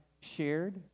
shared